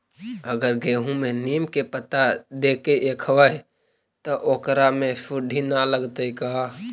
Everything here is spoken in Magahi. अगर गेहूं में नीम के पता देके यखबै त ओकरा में सुढि न लगतै का?